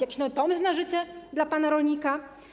Jakiś nowy pomysł na życie dla pana rolnika?